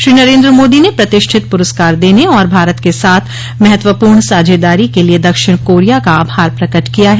श्री नरन्द्र मोदी ने प्रतिष्ठित पुरस्कार देने और भारत के साथ महत्वपूर्ण साझेदारी के लिए दक्षिण कोरिया का आभार प्रकट किया है